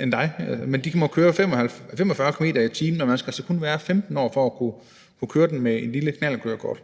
end dig – som må køre 45 km/t. Man skal kun være 15 år for at kunne køre sådan en med et lille knallertkørekort,